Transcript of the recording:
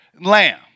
lamb